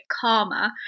calmer